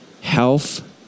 health